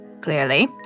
clearly